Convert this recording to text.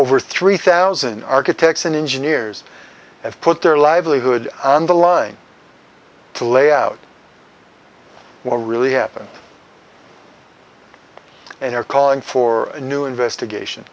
over three thousand architects and engineers have put their livelihood on the line to lay out more really happened and are calling for a new investigation